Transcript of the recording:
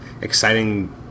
exciting